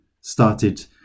started